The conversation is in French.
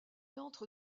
entre